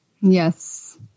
Yes